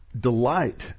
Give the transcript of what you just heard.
Delight